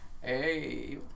Hey